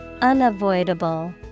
Unavoidable